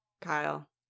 Kyle